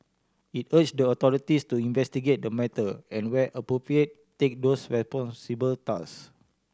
it urged the authorities to investigate the matter and where appropriate take those responsible to task